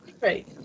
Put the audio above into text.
Right